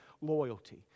loyalty